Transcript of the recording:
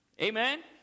Amen